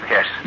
Yes